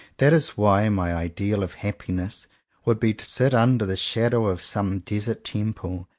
that is why my ideal of happiness would be to sit under the shadow of some desert temple,